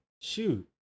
Shoot